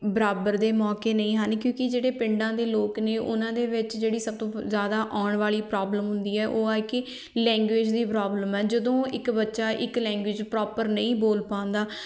ਬਰਾਬਰ ਦੇ ਮੌਕੇ ਨਹੀਂ ਹਨ ਕਿਉਂਕਿ ਜਿਹੜੇ ਪਿੰਡਾਂ ਦੇ ਲੋਕ ਨੇ ਉਹਨਾਂ ਦੇ ਵਿੱਚ ਜਿਹੜੀ ਸਭ ਤੋਂ ਬ ਜ਼ਿਆਦਾ ਆਉਣ ਵਾਲੀ ਪ੍ਰੋਬਲਮ ਹੁੰਦੀ ਹੈ ਉਹ ਹੈ ਕਿ ਲੈਂਗੁਏਜ ਦੀ ਪ੍ਰੋਬਲਮ ਹੈ ਜਦੋਂ ਇੱਕ ਬੱਚਾ ਇੱਕ ਲੈਂਗੁਏਜ ਪ੍ਰੋਪਰ ਨਹੀਂ ਬੋਲ ਪਾਉਂਦਾ